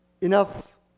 enough